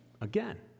Again